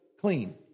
clean